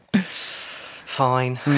Fine